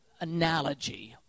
analogy